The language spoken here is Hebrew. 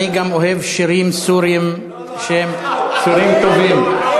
אני גם אוהב שירים סוריים שהם שירים טובים.